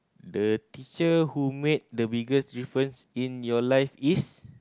the teacher who make the biggest difference in your life is